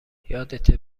یادته